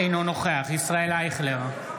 אינו נוכח ישראל אייכלר,